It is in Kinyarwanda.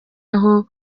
aho